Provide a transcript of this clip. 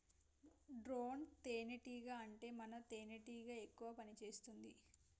drone తేనే టీగా అంటే మగ తెనెటీగ ఎక్కువ పని చేస్తుంది